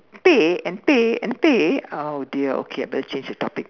pay and pay and pay oh dear okay I better change the topic